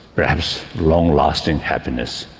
perhaps long-lasting happiness.